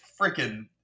Freaking